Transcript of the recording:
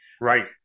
right